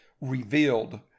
revealed